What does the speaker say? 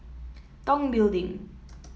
Tong Building